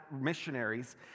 missionaries